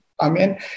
Amen